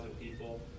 people